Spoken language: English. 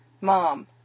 Mom